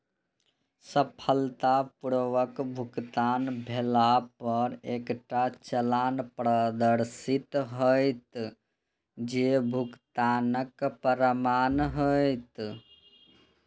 सफलतापूर्वक भुगतान भेला पर एकटा चालान प्रदर्शित हैत, जे भुगतानक प्रमाण हैत